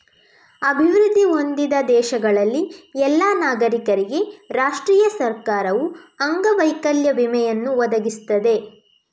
ಅಭಿವೃದ್ಧಿ ಹೊಂದಿದ ದೇಶಗಳಲ್ಲಿ ಎಲ್ಲಾ ನಾಗರಿಕರಿಗೆ ರಾಷ್ಟ್ರೀಯ ಸರ್ಕಾರವು ಅಂಗವೈಕಲ್ಯ ವಿಮೆಯನ್ನು ಒದಗಿಸುತ್ತದೆ